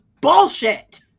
bullshit